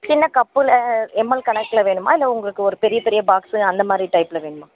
சின்ன கப்பில் எம்எல் கணக்கில் வேணுமா இல்லை உங்களுக்கு ஒரு பெரிய பெரிய பாக்ஸ்ஸு அந்தமாதிரி டைப்ல வேணுமா